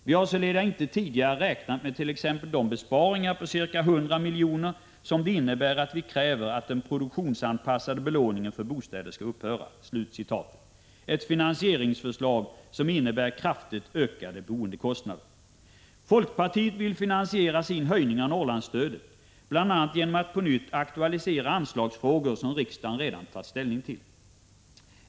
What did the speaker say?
Vi har sålunda inte tidigare räknat med t.ex. de besparingar på 100 milj.kr. som det innebär att vi kräver att den produktionsanpassade belåningen för bostäder skall upphöra.” Detta är ett finansieringsförslag som innebär kraftigt ökade boendekostnader. Folkpartiet vill finansiera sin höjning av Norrlandsstödet bl.a. genom att på nytt aktualisera anslagsfrågor som riksdagen redan har tagit ställning till.